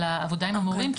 על העבודה עם המורים,